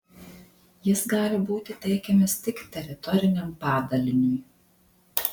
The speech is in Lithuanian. jis gali būti teikiamas tik teritoriniam padaliniui